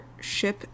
ship